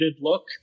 look